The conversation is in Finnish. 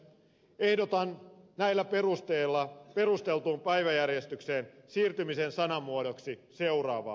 ehdotan näillä perusteilla perustellun päiväjärjestykseen siirtymisen sanamuodoksi seuraavaa